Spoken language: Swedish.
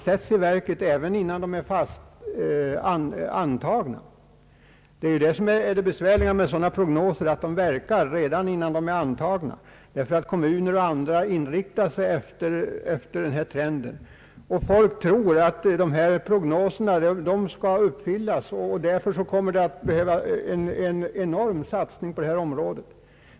Det besvärliga och farliga med sådana prognoser är att de verkar redan innan de är antagna. Kommuner och andra inriktar sig efter trenden. Folk tror att dessa prognoser skall uppfyllas. Därför kommer det att behövas en enorm satsning på detta område.